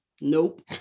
nope